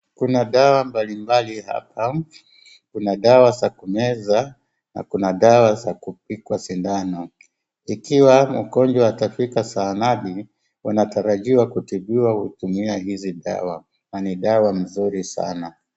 Kuna dawa mbalimbali hapa. kuna dawa za kumeza na kuna dawa za kupigwa sindano. Ikiwa mgonjwa atafika zahanati wanatarajiwa kutibiwa kutumia hizi dawa na ni dawa nzuri sana.